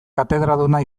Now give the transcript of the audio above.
katedraduna